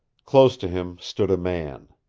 close to him stood a man.